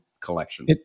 collection